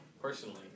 personally